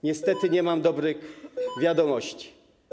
Niestety nie mam dobrych wiadomości.